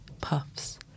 puffs